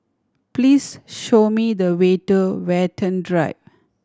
please show me the way to Watten Drive